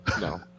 no